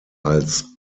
als